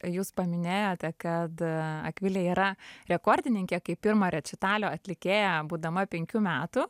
jūs paminėjote kad akvilė yra rekordininkė kaip pirma rečitalio atlikėja būdama penkių metų